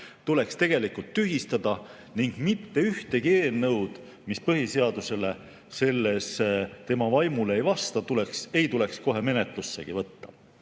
tuleks tegelikult tühistada, ning mitte ühtegi eelnõu, mis põhiseaduse vaimule ei vasta, ei tohiks menetlussegi võtta.